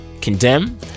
condemn